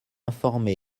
informé